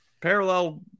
parallel